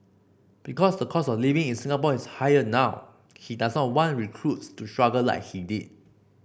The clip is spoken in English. because the cost of living in Singapore is higher now he does not want recruits to struggle like he did